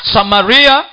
Samaria